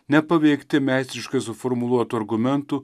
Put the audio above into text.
ne paveikti meistriškai suformuluotų argumentų